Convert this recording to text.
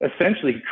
essentially